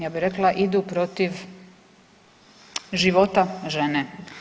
Ja bih rekla idu protiv života žene.